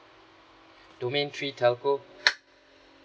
domain three telco